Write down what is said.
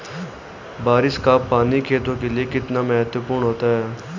बारिश का पानी खेतों के लिये कितना महत्वपूर्ण होता है?